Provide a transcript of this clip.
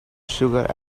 sugar